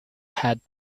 had